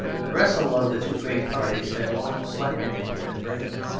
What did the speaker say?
the wrestle of the two great parties had long slackened into an embrace.